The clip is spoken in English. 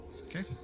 Okay